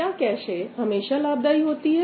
क्या कैशे हमेशा लाभदाई होती है